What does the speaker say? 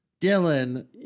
Dylan